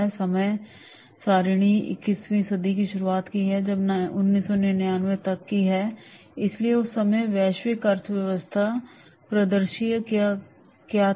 समय सारिणी इक्कीसवीं सदी की शुरुआत है जो कि 1999 तक है इसलिए उस समय वैश्विक अर्थव्यवस्था परिदृश्य क्या थी